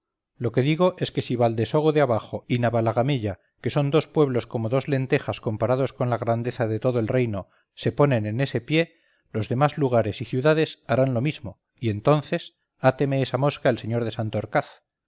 lo que digo es que si valdesogo de abajo y navalagamella que son dos pueblos como dos lentejas comparados con la grandeza de todo el reino se ponen en ese pie los demás lugares y ciudades harán lo mismo y entonces áteme esa mosca el sr de